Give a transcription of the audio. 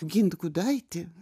gint gudaitį